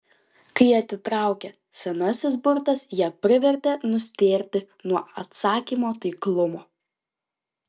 kai atitraukė senasis burtas ją privertė nustėrti nuo atsakymo taiklumo